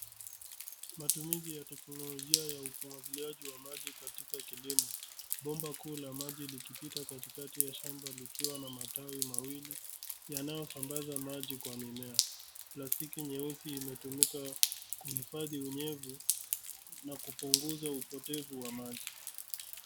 Matumizi ya teknolojia ya umwagiliaji wa maji katika kilimo, bomba kuu la maji likipita katikati ya shamba likiwa na matawi mawili yanayosambaza maji kwa mimea. Plastiki nyeusi imetumika kuhifadhi unyevu na kupunguza upotevu wa maji.